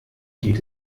geht